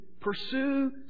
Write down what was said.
pursue